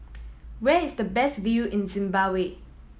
where is the best view in Zimbabwe